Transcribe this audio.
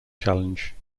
challenge